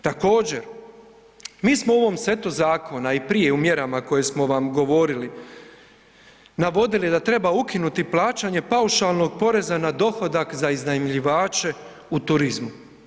Također, mi smo u ovom setu zakonu, a i prije u mjerama koje smo vam govorili, navodili da treba ukinuti plaćanje paušalnog poreza na dohodak za iznajmljivače u turizmu.